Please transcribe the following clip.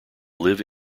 live